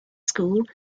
school